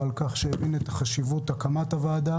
ועל כך שהבין את החשיבות של הקמת הוועדה.